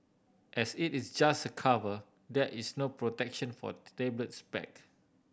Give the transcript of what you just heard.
as it is just a cover there is no protection for the tablet's back